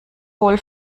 wohl